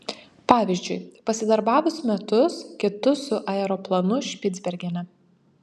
pavyzdžiui pasidarbavus metus kitus su aeroplanu špicbergene